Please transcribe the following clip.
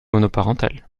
monoparentales